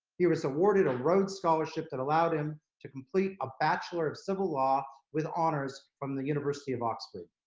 he was awarded a rhodes scholarship that allowed him to complete a bachelor of civil law, with honors from the university of oxford.